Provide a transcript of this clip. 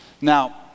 Now